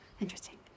Interesting